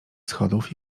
schodów